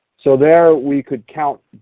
so there we could count.